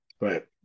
right